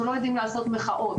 אנחנו לא יודעים לעשות מחאות,